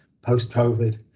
post-covid